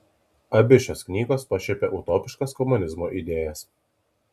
abi šios knygos pašiepia utopiškas komunizmo idėjas